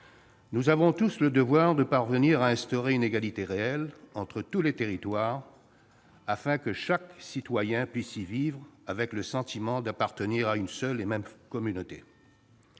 Nous avons tous le devoir de parvenir à instaurer une égalité réelle entre tous les territoires, afin que chaque citoyen puisse vivre avec le sentiment d'appartenir à une seule et même communauté.